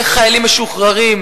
איך חיילים משוחררים,